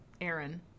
Aaron